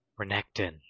Renekton